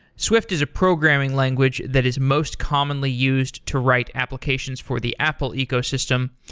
swift is a programming language that is most commonly used to write applications for the apple ecosystem.